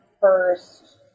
first